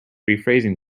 rephrasing